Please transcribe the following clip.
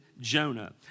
Jonah